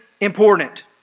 important